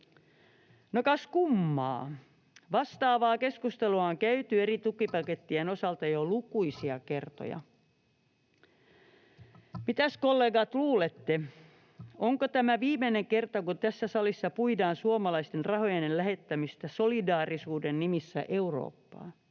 No, kas kummaa, vastaavaa keskustelua on käyty eri tukipakettien osalta jo lukuisia kertoja. Mitäs, kollegat, luulette, onko tämä viimeinen kerta, kun tässä salissa puidaan suomalaisten rahojen lähettämistä solidaarisuuden nimissä Eurooppaan?